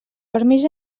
permís